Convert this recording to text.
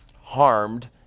harmed